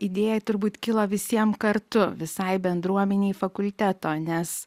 idėja turbūt kilo visiem kartu visai bendruomenei fakulteto nes